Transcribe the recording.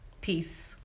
Peace